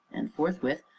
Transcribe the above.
and, forthwith,